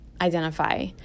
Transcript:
identify